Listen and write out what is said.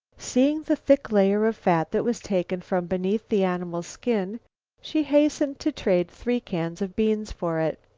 seeing the thick layer of fat that was taken from beneath the animal's skin she hastened to trade three cans of beans for it.